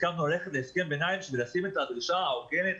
הסכמנו ללכת להסכם ביניים בשביל לשים את הדרישה ההוגנת,